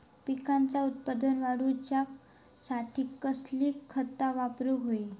पिकाचा उत्पन वाढवूच्यासाठी कसली खता वापरूक होई?